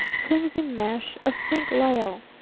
flimsy mesh of pink lisle.